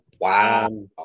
wow